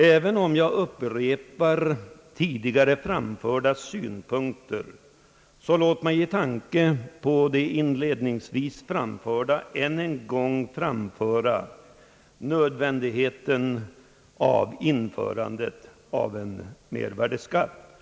Även om jag upp repar tidigare framförda synpunkter vill jag med tanke på det inledningsvis sagda än en gång framhålla nödvändigheten av att en mervärdeskatt införes.